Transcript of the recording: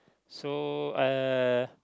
so uh